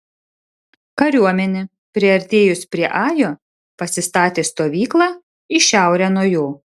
kariuomenė priartėjus prie ajo pasistatė stovyklą į šiaurę nuo jo